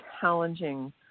challenging